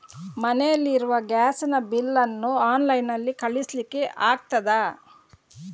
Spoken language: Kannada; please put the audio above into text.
ಮನೆಯಲ್ಲಿ ಇರುವ ಗ್ಯಾಸ್ ನ ಬಿಲ್ ನ್ನು ಆನ್ಲೈನ್ ನಲ್ಲಿ ಕಳಿಸ್ಲಿಕ್ಕೆ ಆಗ್ತದಾ?